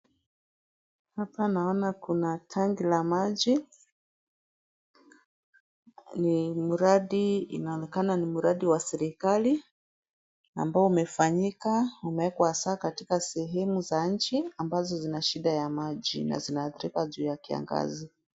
Hapa naona kuna tanki la maji, ni mradi, inaonekana ni mradi wa serikali, ambao umefanyika, umewekwa hasa katika sehemu za nchi ambazo zina shida ya maji na zina athirika juu ya kiangazi.